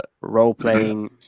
role-playing